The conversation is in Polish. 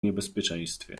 niebezpieczeństwie